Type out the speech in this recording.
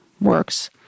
works